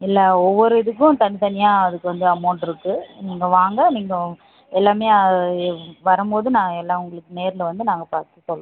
இல்லை ஒவ்வொரு இதுக்கும் தனித்தனியாக அதுக்கு வந்து அமௌன்ட் இருக்கு நீங்கள் வாங்க நீங்கள் எல்லாமே வரும்மோது நான் எல்லாம் உங்களுக்கு நேரில் வந்து நாங்கள் பார்த்து சொல்லுறோம்